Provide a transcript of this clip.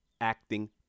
acting